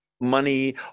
money